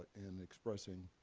in expressing